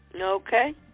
Okay